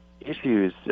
issues